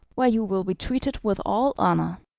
where you will be treated with all honour.